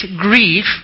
grief